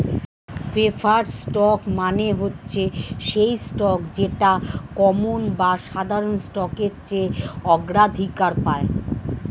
preferred stock মানে হচ্ছে সেই স্টক যেটা কমন বা সাধারণ স্টকের চেয়ে অগ্রাধিকার পায়